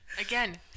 Again